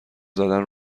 زدن